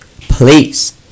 please